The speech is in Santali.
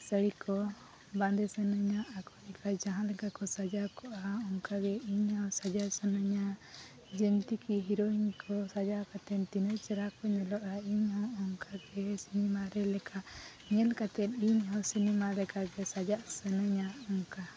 ᱥᱟᱹᱲᱤ ᱠᱚ ᱵᱟᱸᱫᱮ ᱥᱟᱹᱱᱟᱹᱧᱟ ᱟᱠᱚᱞᱮᱠᱟ ᱡᱟᱦᱟᱸ ᱞᱮᱠᱟ ᱠᱚ ᱥᱟᱡᱟᱣ ᱠᱚᱜᱼᱟ ᱚᱱᱠᱟᱜᱮ ᱤᱧ ᱦᱚᱸ ᱥᱟᱡᱟᱣ ᱥᱟᱹᱱᱟᱹᱧᱟ ᱡᱤᱱᱛᱤᱠᱤ ᱦᱤᱨᱳᱭᱤᱱ ᱠᱚ ᱥᱟᱡᱟᱣ ᱠᱟᱛᱮᱱ ᱛᱤᱱᱟᱹᱜ ᱪᱮᱨᱦᱟ ᱠᱚ ᱧᱮᱞᱚᱜᱼᱟ ᱤᱧᱦᱚᱸ ᱚᱱᱠᱟᱜᱮ ᱥᱤᱱᱤᱢᱟ ᱨᱮ ᱞᱮᱠᱟ ᱧᱮᱞ ᱠᱟᱛᱮ ᱤᱧ ᱦᱚᱸ ᱥᱤᱱᱤᱢᱟ ᱞᱮᱠᱟ ᱜᱮ ᱥᱟᱡᱟᱜ ᱥᱟᱹᱱᱟᱹᱧᱟ ᱚᱱᱠᱟ